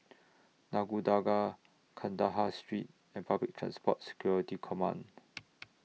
Nagore Dargah Kandahar Street and Public Transport Security Command